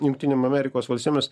jungtinėm amerikos valstijomis